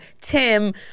Tim